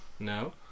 no